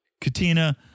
Katina